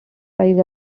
prize